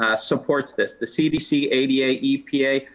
ah supports this. the cdc, ada epa,